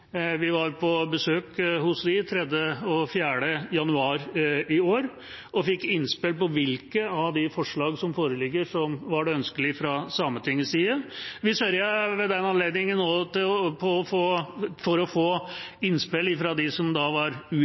Vi var på besøk hos dem 3. og 4. januar i år og fikk innspill til hvilke av de forslagene som foreligger, som var ønskelige fra Sametinget side. Vi sørget ved den anledningen også for å